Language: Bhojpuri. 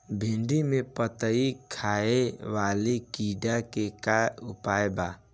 भिन्डी में पत्ति खाये वाले किड़ा के का उपाय बा?